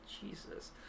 Jesus